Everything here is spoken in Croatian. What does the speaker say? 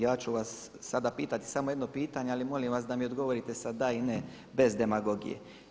Ja ću vas sada pitati samo jedno pitanje ali molim vas da mi odgovorite sa da ili ne, bez demagogije.